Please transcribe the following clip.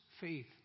faith